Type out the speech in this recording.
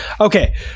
Okay